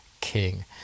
king